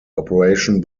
operation